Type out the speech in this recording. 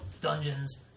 dungeons